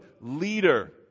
leader